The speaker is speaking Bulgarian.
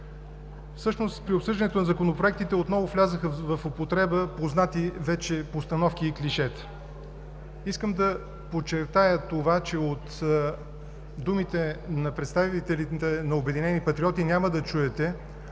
Всъщност при обсъждането на законопроектите отново влязоха в употреба познати вече постановки и клишета. Искам да подчертая, че от думите на представителите на „Обединени патриоти“ няма да чуете